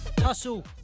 Hustle